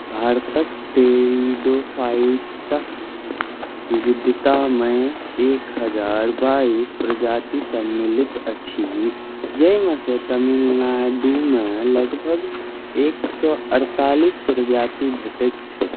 भारतक टेरिडोफाइट्सक विविधतामे एक हजार बाईस प्रजाति सम्मिलित अछि जाहिमेसँ तमिलनाडुमे लगभग एक सए चौरासी प्रजाति भेटैत छैक